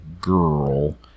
girl